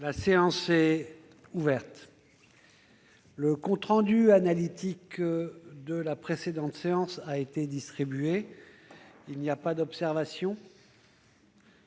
La séance est ouverte. Le compte rendu analytique de la précédente séance a été distribué. Il n'y a pas d'observation ?